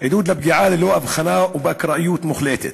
עידוד לפגיעה ללא הבחנה ובאקראיות מוחלטת.